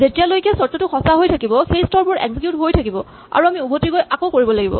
যেতিয়ালৈকে চৰ্তটো সঁচা হৈ থাকিব এই স্তৰবোৰ এক্সিকিউট হৈ থাকিব আৰু আমি উভতি গৈ আকৌ কৰিব লাগিব